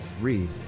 Read